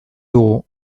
dugu